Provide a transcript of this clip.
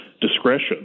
discretion